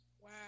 Wow